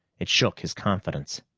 it shook his confidence.